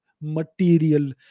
material